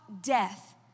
death